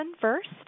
first